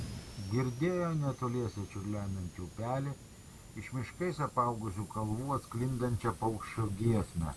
girdėjo netoliese čiurlenantį upelį iš miškais apaugusių kalvų atsklindančią paukščio giesmę